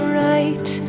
right